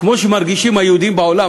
כמו שמרגישים היהודים בעולם,